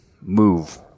move